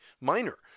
minor